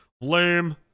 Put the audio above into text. Lame